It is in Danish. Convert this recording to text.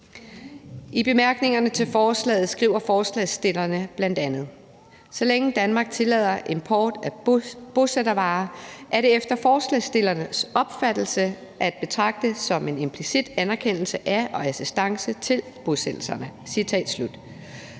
I bemærkningerne til forslaget skriver forslagsstillerne bl.a.: »Så længe Danmark tillader import af bosættervarer, er det efter forslagsstillernes opfattelse at betragte som en implicit anerkendelse af og assistance til bosættelserne.« Hvis